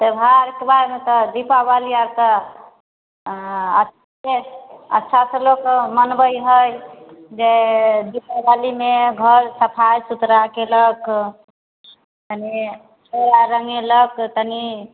त्यौहारके बारेमे तऽ दीपावली तऽ अच्छा से लोक मनबै है जे दीपावलीमे घर सफाइ सुथरा केलक तनी ओ आर रङ्गेलक तनी